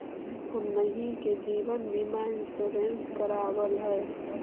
हमनहि के जिवन बिमा इंश्योरेंस करावल है?